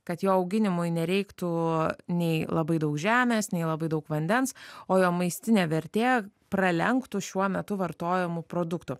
kad jo auginimui nereiktų nei labai daug žemės nei labai daug vandens o maistinė vertė pralenktų šiuo metu vartojamų produktų